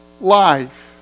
life